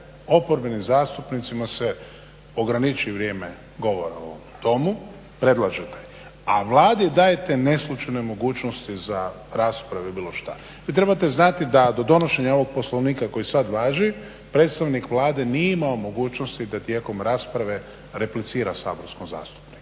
oporbenim zastupnicima se ograniči vrijeme govora u ovom Domu, predlažete. A Vladi dajete …/Govornik se ne razumije./… mogućnosti za rasprave ili bili šta. Vi trebate znati da do donošenja ovog Poslovnika koji sada važi predstavnik Vlade nije imao mogućnosti da tijekom rasprave replicira saborskom zastupniku.